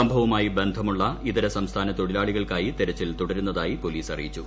സംഭവവുമായി ബന്ധമുള്ള ഇതര സംസ്ഥാന തൊഴിലാളികൾക്കായി തെരച്ചിൽ തുടരുന്നതായി പോലീസ് അറിയിച്ചു